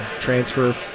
transfer